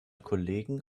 kollegen